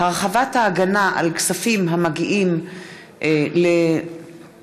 הרחבת ההגנה על כספים המגיעים לאומן),